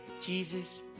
Jesus